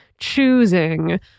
Choosing